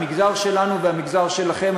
המגזר שלנו והמגזר שלכם,